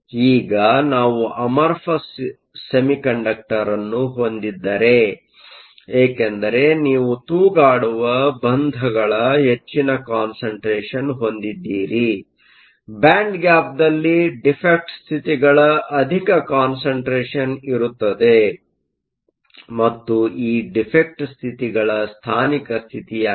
ಈಗ ನಾವು ಅಮರ್ಫಸ್ ಸೆಮಿಕಂಡಕ್ಟರ್Amorphous semiconductor ಅನ್ನು ಹೊಂದಿದ್ದರೆ ಏಕೆಂದರೆ ನೀವು ತೂಗಾಡುವ ಬಂಧಗಳ ಹೆಚ್ಚಿನ ಕಾನ್ಸಂಟ್ರೇಷನ್ ಹೊಂದಿದ್ದೀರಿ ಬ್ಯಾಂಡ್ ಗ್ಯಾಪ್Band gapದಲ್ಲಿ ಡಿಫೆಕ್ಟ್Defect ಸ್ಥಿತಿಗಳ ಅಧಿಕ ಕಾನ್ಸಂಟ್ರೇಷನ್ ಇರುತ್ತದೆ ಮತ್ತು ಈ ಡಿಫೆಕ್ಟ್ ಸ್ಥಿತಿಗಳ ಸ್ಥಾನಿಕ ಸ್ಥಿತಿಯಾಗಿದೆ